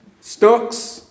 stocks